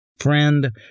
friend